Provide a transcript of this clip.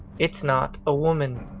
it's not a woman,